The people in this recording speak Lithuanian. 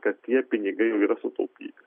kad tie pinigai jau yra sutaupyti